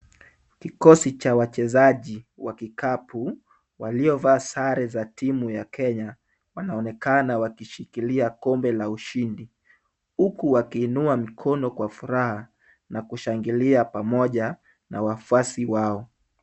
Kikosi cha wachezaji wa kikapu waliovaa sare za timu ya Kenya, wanaonekana wakishikilia kombe la ushindi, huku wakiinua mikono kwa furaha na kushangilia pamoja na wafuasi wao.